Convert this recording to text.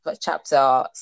chapter